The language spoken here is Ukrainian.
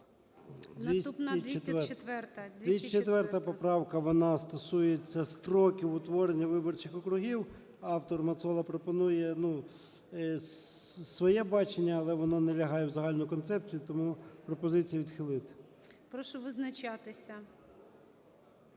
О.М. 204 поправка, вона стосується строків утворення виборчих округів. Автор Мацола пропонує, ну, своє бачення, але воно не лягає в загальну концепцію. Тому пропозиція відхилити. ГОЛОВУЮЧИЙ. Прошу визначатися.